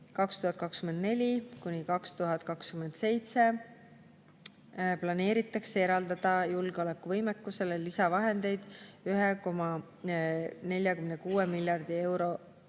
2024–2027 planeeritakse eraldada julgeolekuvõimekusele lisavahendeid 1,46 miljardi euro